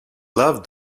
loved